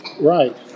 Right